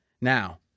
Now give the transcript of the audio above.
now